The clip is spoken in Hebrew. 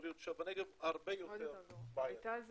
הרבה יותר בעייתי.